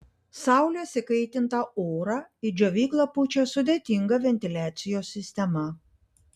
saulės įkaitintą orą į džiovyklą pučia sudėtinga ventiliacijos sistema